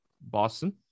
boston